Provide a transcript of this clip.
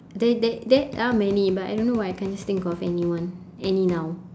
there there there are many but I don't why I can't just think of any one any now